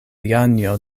janjo